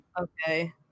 Okay